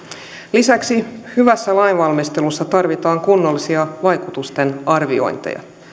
lisäksi hyvässä lainvalmistelussa tarvitaan kunnollisia vaikutusten arviointeja